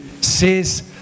Says